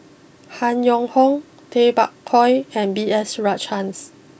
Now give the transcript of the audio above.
Han Yong Hong Tay Bak Koi and B S Rajhans